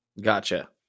Gotcha